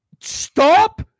Stop